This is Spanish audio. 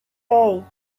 hey